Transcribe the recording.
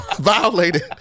violated-